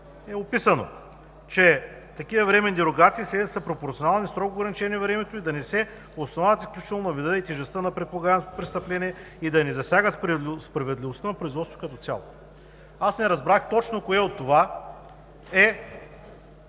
е описано, че такива временни дерогации са пропорционални и строго ограничени във времето, да не се основават изключително на вида и тежестта на предполагаемото престъпление и да не засяга справедливостта на производството като цяло. Аз не разбрах точно кое от това е